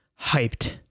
hyped